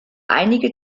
einige